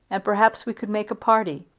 and perhaps we could make a party.